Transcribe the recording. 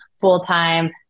full-time